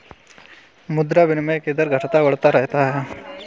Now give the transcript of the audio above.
मुद्रा विनिमय के दर घटता बढ़ता रहता है